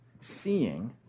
seeing